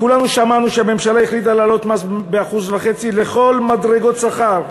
כולנו שמענו שהממשלה החליטה להעלות את המס ב-1% בכל מדרגות השכר,